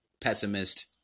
pessimist